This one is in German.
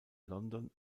london